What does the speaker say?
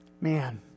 Man